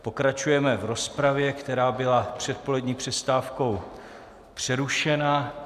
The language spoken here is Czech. Pokračujeme v rozpravě, která byla před polední přestávkou přerušena.